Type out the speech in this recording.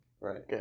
right